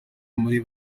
muri